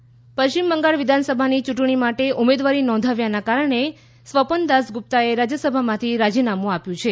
સ્વપન દાસગુપ્તા પશ્ચિમ બંગાળ વિધાનસભાની ચૂંટણી માટે ઉમેદવારી નોંધાવ્યાના કારણે સ્વપન દાસગુપ્તાએ રાજ્યસભામાંથી રાજીનામું આપ્યું છે